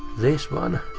this one.